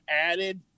added